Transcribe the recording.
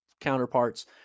counterparts